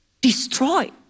destroyed